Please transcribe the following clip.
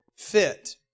fit